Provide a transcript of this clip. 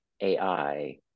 AI